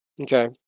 Okay